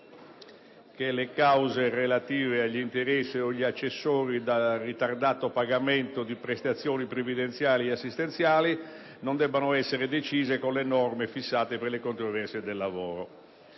che le cause relative agli interessi o accessori da ritardato pagamento di prestazioni previdenziali o assistenziali non debbano essere decise con le norme fissate per le controversie in materia